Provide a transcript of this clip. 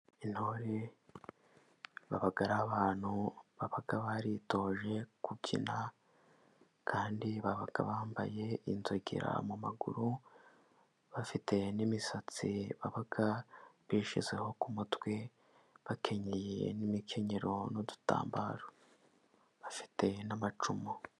Intore baba ari abantu baba baritoje kubyina, Kandi baba bambaye inzogera mu maguru bafite n'imisatsi baba bishyizeho ku mutwe, bakenyeye n'imikenyero n'udutambaro bafite n'amacumu.